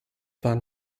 van